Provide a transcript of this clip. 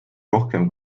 rohkem